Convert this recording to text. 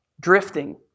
drifting